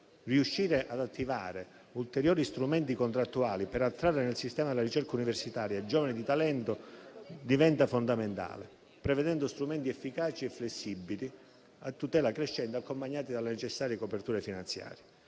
Riuscire ad attivare ulteriori strumenti contrattuali per attrarre nel sistema della ricerca universitaria giovani di talento diventa fondamentale, prevedendo strumenti efficaci e flessibili, a tutela crescente, accompagnati dalle necessarie coperture finanziarie.